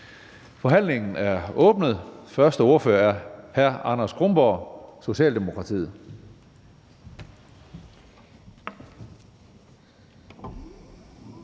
Forhandlingen er åbnet. Den første ordfører er hr. Anders Kronborg, Socialdemokratiet.